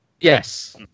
yes